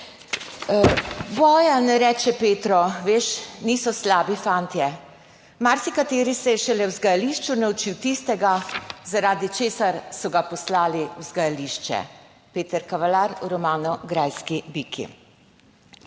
»Bojan reče Petru: Veš, niso to slabi fantje. Marsikateri izmed njih se je šele v vzgajališču naučil tistega, zaradi česar so ga poslali v vzgajališče,« Peter Kavalar v romanu Grajski biki.